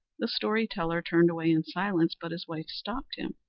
the story-teller turned away in silence, but his wife stopped him.